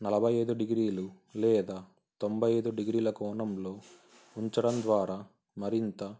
నలభై ఐదు డిగ్రీలు లేదా తొంభై ఐదు డిగ్రీల కోణంలో ఉంచడం ద్వారా మరింత